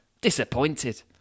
Disappointed